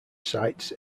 sites